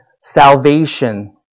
salvation